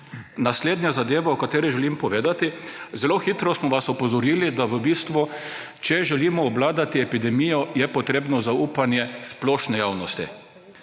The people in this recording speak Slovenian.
Naslednja zadeva, o kateri želim povedati. Zelo hitro smo vas opozorili, da v bistvu, če želimo obvladati epidemijo, je potrebno zaupanje splošne javnosti.